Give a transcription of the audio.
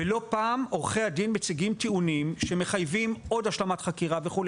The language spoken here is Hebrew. ולא פעם עורכי הדין מציגים טיעונים שמחייבים עוד השלמת חקירה וכולי.